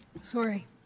sorry